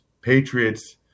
Patriots